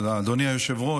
תודה, אדוני היושב-ראש.